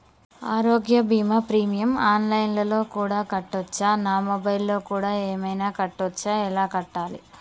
ఆరోగ్య బీమా premium online లో కూడా కట్టచ్చా? నా మొబైల్లో కూడా ఏమైనా కట్టొచ్చా? ఎలా కట్టాలి?